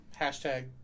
Hashtag